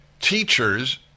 teachers